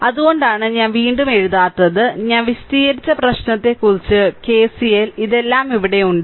അതുകൊണ്ടാണ് ഞാൻ വീണ്ടും എഴുതാത്തത് ഞാൻ വിശദീകരിച്ച പ്രശ്നത്തെക്കുറിച്ച് കെസിഎൽ ഇതെല്ലാം ഇവിടെയുണ്ട്